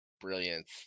brilliance